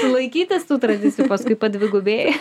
laikytis tų tradicijų paskui padvigubėja